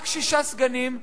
רק שישה סגנים.